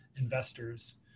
investors